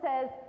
says